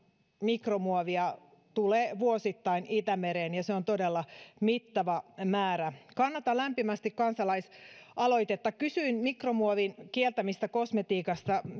mikromuovia tulee vuosittain itämereen ja se on todella mittava määrä kannatan lämpimästi kansalaisaloitetta kysyin mikromuovin kieltämisestä kosmetiikassa